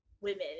women